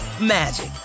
magic